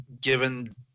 given